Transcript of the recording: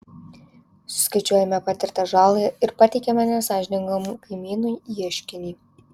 suskaičiuojame patirtą žalą ir pateikiame nesąžiningam kaimynui ieškinį